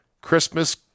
Christmas